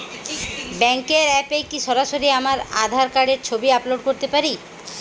ব্যাংকের অ্যাপ এ কি সরাসরি আমার আঁধার কার্ডের ছবি আপলোড করতে পারি?